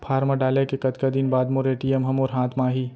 Form डाले के कतका दिन बाद मोर ए.टी.एम ह मोर हाथ म आही?